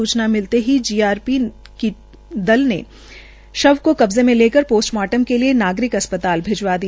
सूचना मिलते ही जीआरपी ने शव को कब्जे में लेकर पोस्टमार्टम के लिये नागरिक अस्पताल भिजवा दिया